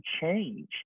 change